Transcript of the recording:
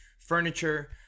furniture